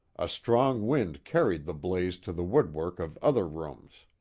a strong wind carried the blaze to the woodwork of other rooms.